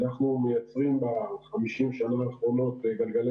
אנחנו מייצרים ב-50 השנים האחרונות גלגלי